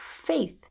faith